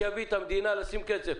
שיביא את המדינה לשים כסף,